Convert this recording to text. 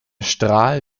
strahl